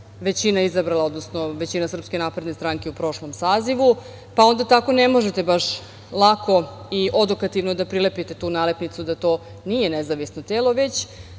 većina izabrala, odnosno većina SNS u prošlom sazivu, pa onda tako ne možete baš lako i odokativno da prilepite tu nalepnicu da to nije nezavisno telo. Već,